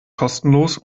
kostenlos